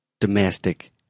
domestic